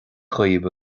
daoibh